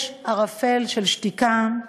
יש ערפל של שתיקה,